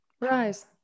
rise